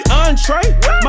entree